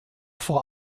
vor